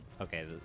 Okay